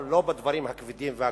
אבל לא בדברים הכבדים והגדולים.